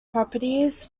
properties